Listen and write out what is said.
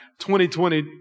2020